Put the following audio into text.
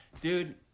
dude